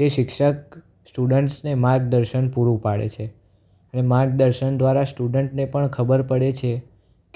તે શિક્ષક સ્ટુડન્ટ્સને માર્ગદર્શન પૂરું પાડે છે એ માર્ગદર્શન દ્વારા સ્ટુડન્ટને પણ ખબર પડે છે